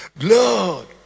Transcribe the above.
lord